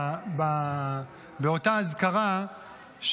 באותה אזכרה,